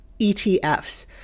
ETFs